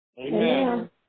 Amen